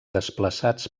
desplaçats